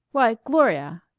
why, gloria!